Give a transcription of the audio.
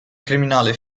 criminale